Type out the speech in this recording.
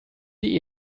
die